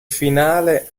finale